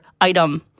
item